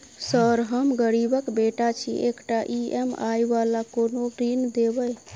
Sir हम गरीबक बेटा छी एकटा ई.एम.आई वला कोनो ऋण देबै?